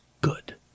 good